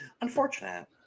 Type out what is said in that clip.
unfortunate